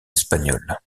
espagnol